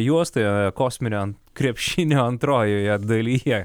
juostoje kosminio krepšinio antrojoje dalyje